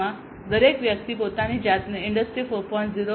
દરેક વ્યક્તિ પોતાની જાતને ઇન્ડસ્ટ્રી 4